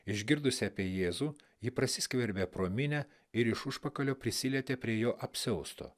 išgirdusi apie jėzų ji prasiskverbė pro minią ir iš užpakalio prisilietė prie jo apsiausto